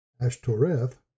Ashtoreth